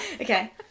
Okay